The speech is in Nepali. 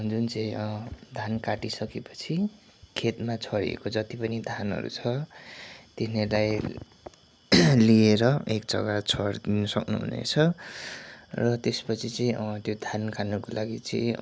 जुन चाहिँ धान काटिसकेपछि खेतमा छरिएको जति पनि धानहरू छ तिनीहरूलाई लिएर एक जग्गा छरिदिन सक्नुहुनेछ र त्यसपछि चाहिँ त्यो धान खानको लागि चाहिँ